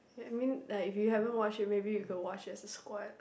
I mean like if you haven't watch it maybe we can watch it as a squad